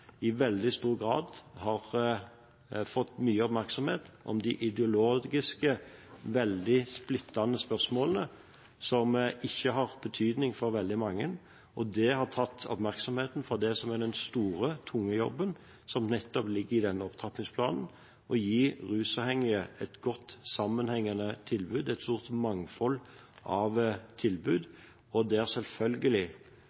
i veldig stor grad har fått mye oppmerksomhet om de ideologiske, veldig splittende spørsmålene som ikke har betydning for veldig mange, og det har tatt oppmerksomheten fra det som er den store, tunge jobben som nettopp ligger i denne opptrappingsplanen, å gi rusavhengige et godt, sammenhengende tilbud, et stort mangfold av